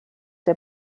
der